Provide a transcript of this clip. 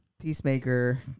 Peacemaker